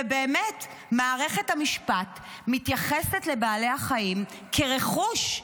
ובאמת מערכת המשפט מתייחסת לבעלי החיים כרכוש,